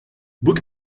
book